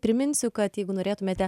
priminsiu kad jeigu norėtumėte